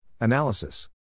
Analysis